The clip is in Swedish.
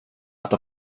äta